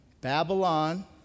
Babylon